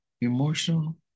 emotional